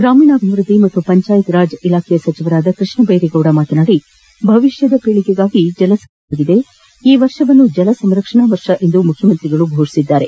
ಗ್ರಾಮೀಣಾಭಿವೃದ್ದಿ ಹಾಗೂ ಪಂಚಾಯತ್ ರಾಜ್ ಸಚಿವ ಕೃಷ್ಣ ಬೈರೇಗೌಡ ಮಾತನಾಡಿ ಭವಿಷ್ಯದ ಪೀಳಿಗೆಗಾಗಿ ಜಲಸಂರಕ್ಷಣೆ ಅಗತ್ಯ ಈ ವರ್ಷವನ್ನು ಜಲ ಸಂರಕ್ಷಣಾ ವರ್ಷವೆಂದು ಮುಖ್ಯಮಂತ್ರಿ ಫೋಷಿಸಿದ್ದಾರೆ